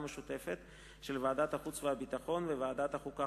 משותפת של ועדת החוץ והביטחון וועדת החוקה,